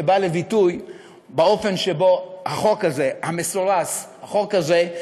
שבא לביטוי באופן שבו החוק המסורס הזה,